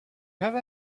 have